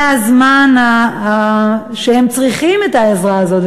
זה הזמן שהם צריכים את העזרה הזאת,